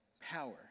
power